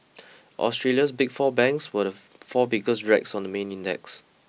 Australia's Big Four banks were the four biggest drags on the main index